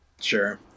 Sure